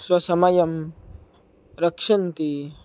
स्वसमयं रक्षन्ति